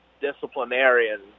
disciplinarian